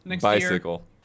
bicycle